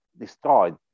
destroyed